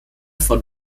von